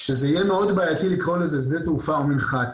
שזה יהיה מאוד בעייתי לקרוא לזה שדה תעופה או מנחת.